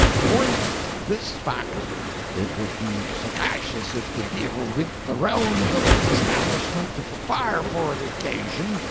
forninst this fact it would be sagacious if the divil wint the rounds of his establishment to prepare for the occasion,